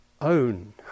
own